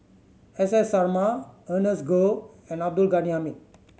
S S Sarma Ernest Goh and Abdul Ghani Hamid